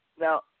now